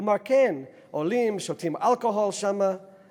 והוא אמר: כן, עולים, שותים שם אלכוהול.